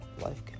life